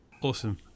awesome